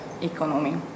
economy